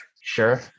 sure